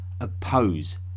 oppose